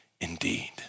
indeed